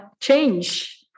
change